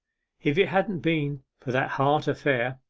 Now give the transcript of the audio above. if it hadn't been for that heart affair,